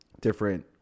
different